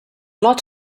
lot